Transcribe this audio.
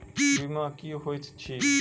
बीमा की होइत छी?